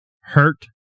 hurt